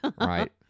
Right